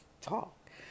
talk